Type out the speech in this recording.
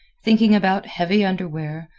thinking about heavy underwear,